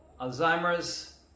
Alzheimer's